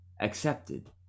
accepted